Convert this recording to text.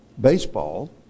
baseball